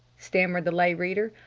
stammered the lay reader.